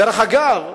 דרך אגב,